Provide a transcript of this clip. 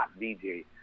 DJ